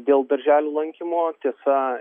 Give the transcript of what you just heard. dėl darželių lankymo tiesa